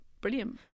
brilliant